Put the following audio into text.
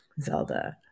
Zelda